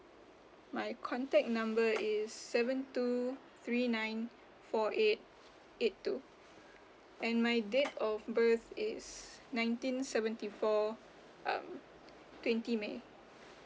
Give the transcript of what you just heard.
my contact number is seven two three nine four eight eight two and my date of birth is nineteen seventy four um twenty may